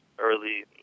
Early